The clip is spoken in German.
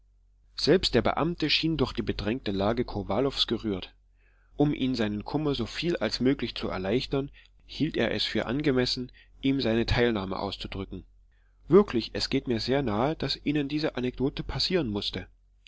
selbst der beamte schien durch die bedrängte lage kowalows gerührt um ihm seinen kummer soviel als möglich zu erleichtern hielt er es für angemessen ihm seine teilnahme auszudrücken wirklich es geht mir sehr nahe daß ihnen diese anekdote passieren mußte